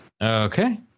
okay